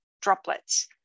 droplets